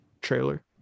trailer